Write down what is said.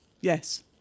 yes